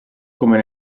come